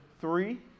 three